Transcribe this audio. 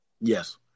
Yes